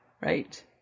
right